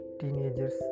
teenagers